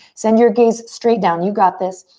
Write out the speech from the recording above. send your gaze straight down. you got this.